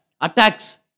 attacks